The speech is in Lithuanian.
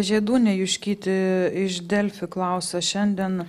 žiedūnė juškytė iš delfi klausia šiandien